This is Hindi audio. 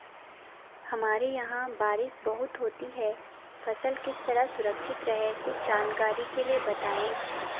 हमारे यहाँ बारिश बहुत होती है फसल किस तरह सुरक्षित रहे कुछ जानकारी के लिए बताएँ?